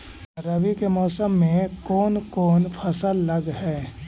रवि के मौसम में कोन कोन फसल लग है?